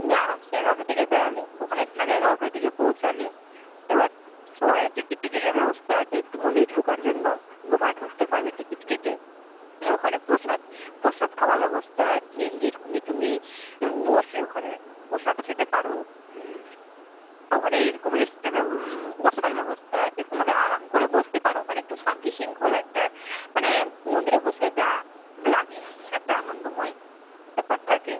তুমি আরামসে এগারোটার দিকে বেরোলে ওখানে সাড়ে এগারোটার দিকে পৌঁছালে এবার ওখানে টিকিট ঠিকিটের ব্যবস্থা আছে একটু মন্দিরে ঢোকার জন্য তুমি ওখানে ঢুকতে পারবে টিকিট কেটে ওখানে প্রসাদ প্রসাদ খাওয়ার ব্যবস্থা আছে এরকমই তুমি বসে ওখানে প্রসাদ খেতে পারো ওখানে এরকম এক্সট্রা বসার ব্যবস্থা আছে তোমার আরাম করে বসতে পারো ওখানে একটু শান্তি শৃঙ্খলা একটা মানে মন্দিরে বসলে যা লাগে একটা আনন্দময় ব্যাপার থাকে